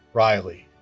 riley